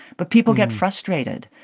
but people get frustrated,